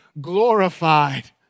glorified